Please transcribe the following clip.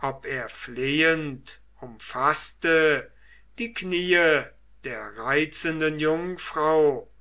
ob er flehend umfaßte die kniee der reizenden jungfrau